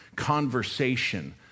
conversation